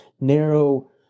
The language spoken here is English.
narrow